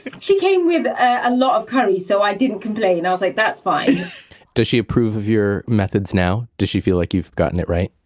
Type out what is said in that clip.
she came with a lot of curry so i didn't complain. i was like, that's fine. and does she approve of your methods now? does she feel like you've gotten it right?